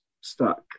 stuck